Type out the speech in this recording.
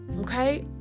Okay